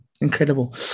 incredible